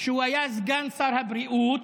כשהוא היה סגן שר הבריאות,